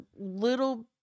little